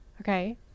Okay